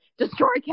destroy